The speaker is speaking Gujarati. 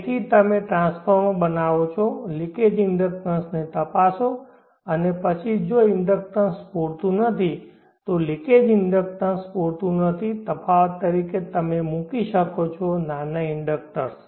તેથી તમે ટ્રાન્સફોર્મર બનાવો છો લિકેજ ઇન્ડક્ટન્સને તપાસો અને પછી જો ઇન્ડક્ટન્સ પૂરતું નથી તો લિકેજ ઇન્ડક્ટન્સ પૂરતું નથી તફાવત તરીકે તમે મૂકી શકો છો નાના ઇન્ડક્ટર્સ